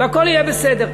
והכול יהיה בסדר.